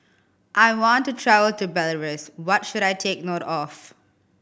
I want to travel to Belarus what should I take note of